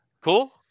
Cool